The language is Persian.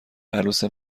عروس